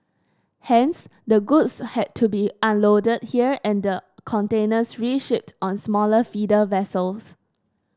hence the goods had to be unloaded here and the containers reshipped on smaller feeder vessels